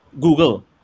Google